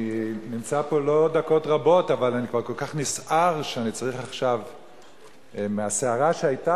אני נמצא פה לא דקות רבות אבל אני כבר כל כך נסער מהסערה שהיתה